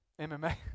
MMA